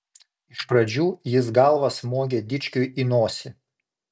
iš pradžių jis galva smogė dičkiui į nosį